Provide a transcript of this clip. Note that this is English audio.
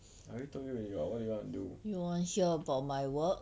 I already told you already [what] what do you want to do